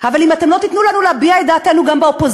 אבל אם אתם לא תיתנו לנו להביע את דעתנו גם באופוזיציה,